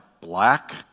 black